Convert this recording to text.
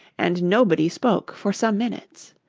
and nobody spoke for some minutes.